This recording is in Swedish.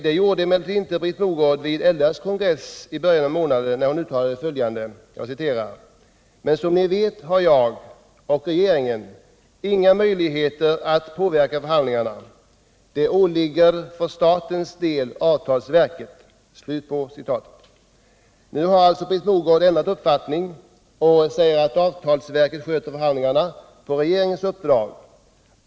Det gjorde emellertid inte Britt Mogård när hon uttalade sig vid LR:s kongress i början av månaden: ”Men som ni vet har jag — och regeringen — inga möjligheter att påverka förhandlingarna. De åligger för statens del avtalsverket.” Nu har alltså Britt Mogård ändrat uppfattning och säger att avtalsverket sköter förhandlingarna på regeringens uppdrag.